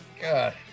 God